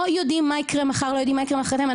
לא יודעים מה יקרה מחר ולא יודעים מה יקרה מוחרתיים.